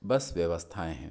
बस व्यवस्थाएं हैं